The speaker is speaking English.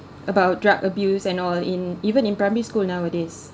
about drug abuse and all in even in primary school nowadays